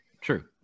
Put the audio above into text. True